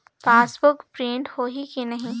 Passbook print होही कि नहीं?